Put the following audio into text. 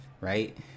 right